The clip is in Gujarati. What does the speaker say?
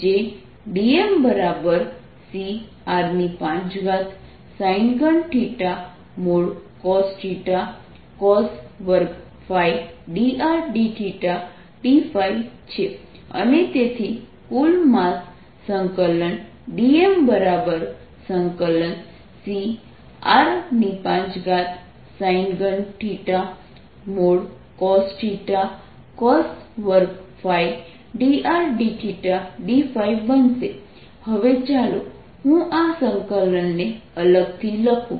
જે dm Cr5sin3cosθcos2ϕdrdθ dϕ છે અને તેથી કુલ માસ dmCr5sin3cosθcos2ϕdrdθdϕ બનશે હવે ચાલો હું આ સંકલનને અલગથી લખુ